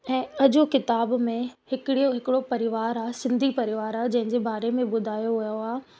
ऐं अजो किताबु में हिकिड़ियो हिकिड़ो परिवार आहे सिंधी परिवार आहे जंहिंजे बारे में ॿुधायो वियो आहे